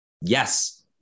Yes